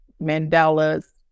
Mandela's